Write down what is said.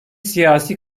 siyasi